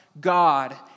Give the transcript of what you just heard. God